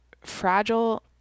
fragile